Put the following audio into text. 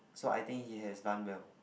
so I think he has done well